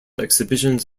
exhibitions